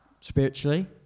Spiritually